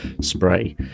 spray